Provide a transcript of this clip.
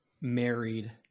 married